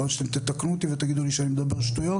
יכול להיות שאתם תתקנו אותי ותגידו לי שאני מדבר שטויות,